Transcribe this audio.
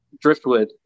driftwood